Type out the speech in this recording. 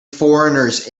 foreigners